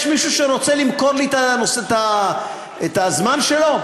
יש מישהו שרוצה למכור לי את הזמן שלו?